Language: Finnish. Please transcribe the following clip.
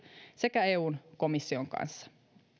sekä eun komission kanssa